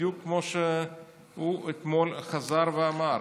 בדיוק כמו שהוא אתמול חזר ואמר.